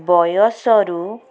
ବୟସରୁ